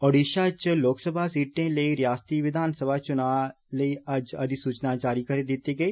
ओडिषा च लोकसभा सीट लेई रियासती विधानसभा चुनाएं लेई अज्ज अधिसूचना जारी कीती गेई